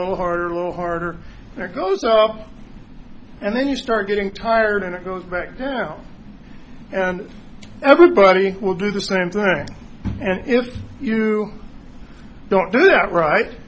little harder a little harder there goes off and then you start getting tired and it goes back down and everybody will do the same thing and if you don't do that right